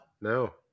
no